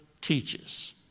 teaches